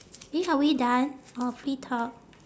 eh are we done orh free talk